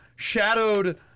shadowed